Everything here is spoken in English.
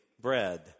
bread